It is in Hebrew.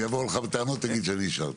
אם יבואו אליך בטענות, תגיד שאני אישרתי.